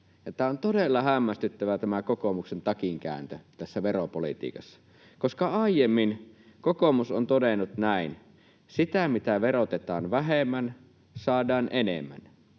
anna. On todella hämmästyttävä tämä kokoomuksen takinkääntö veropolitiikassa, koska aiemmin kokoomus on todennut näin: sitä, mitä verotetaan vähemmän, saadaan enemmän;